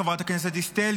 חברת הכנסת דיסטל,